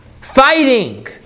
fighting